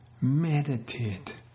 meditate